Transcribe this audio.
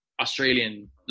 Australian